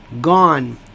gone